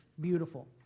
beautiful